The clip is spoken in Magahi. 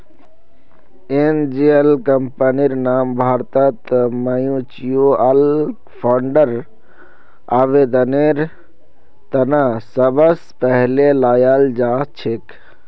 एंजल कम्पनीर नाम भारतत म्युच्युअल फंडर आवेदनेर त न सबस पहले ल्याल जा छेक